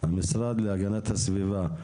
המשרד להגנת הסביבה.